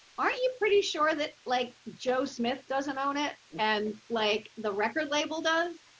aren't you pretty sure that like joe smith doesn't own it and like the record label does,